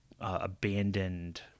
abandoned